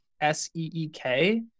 S-E-E-K